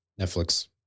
Netflix